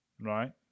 right